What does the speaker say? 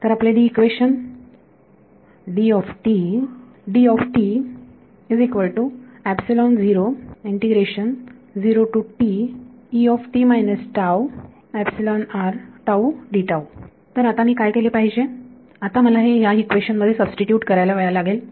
तर आपले इक्वेशन तर आता मी काय केले पाहिजे आता मला हे ह्या इक्वेशन मध्ये सबस्टिट्यूट करायला लागेल